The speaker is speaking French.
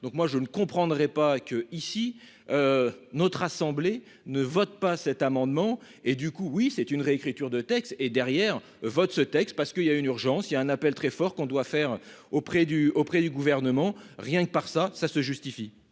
Donc moi je ne comprendrais pas que ici. Notre assemblée ne votent pas cet amendement. Et du coup oui c'est une réécriture de texte et derrière votre ce texte parce qu'il y a une urgence, il y a un appel très fort qu'on doit faire auprès du auprès du gouvernement, rien que par ça, ça se justifie.